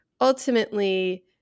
ultimately